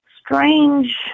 strange